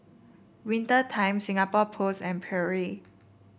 Winter Time Singapore Post and Perrier